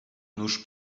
nuż